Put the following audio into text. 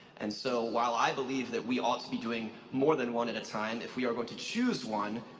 and so while i believe that we ought to be doing more than one at a time, if we're going to choose one,